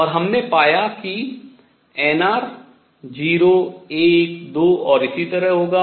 और हमने पाया है कि nr 0 1 2 और इसी तरह होगा